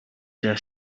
their